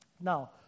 Now